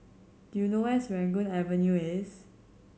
do you know where is Serangoon Avenue